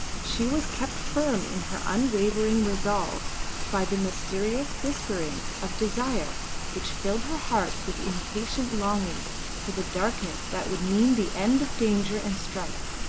she was kept firm in her unwavering resolve by the mysterious whisperings of desire which filled her heart with impatient longing for the darkness that would mean the end of danger and strife,